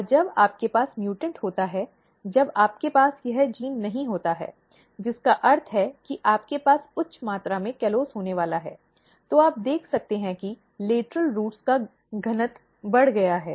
और जब आपके पास म्यूटॅन्ट होता है जब आपके पास यह जीन नहीं होता है जिसका अर्थ है कि आपके पास उच्च मात्रा में कॉलोज़ होने वाला है तो आप देख सकते हैं कि लेटरल जड़ों का घनत्व बढ़ गया है